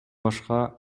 башка